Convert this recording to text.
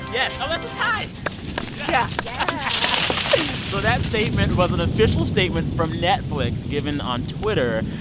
yes. oh, that's a tie yeah yeah so that statement was an official statement from netflix given on twitter,